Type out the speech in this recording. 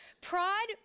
Pride